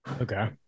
okay